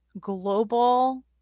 global